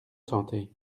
santé